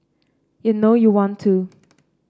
you know you want to